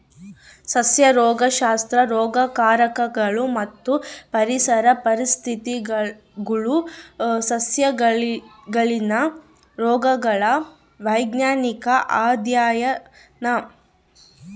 ಸಸ್ಯ ರೋಗಶಾಸ್ತ್ರ ರೋಗಕಾರಕಗಳು ಮತ್ತು ಪರಿಸರ ಪರಿಸ್ಥಿತಿಗುಳು ಸಸ್ಯಗಳಲ್ಲಿನ ರೋಗಗಳ ವೈಜ್ಞಾನಿಕ ಅಧ್ಯಯನ